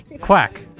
Quack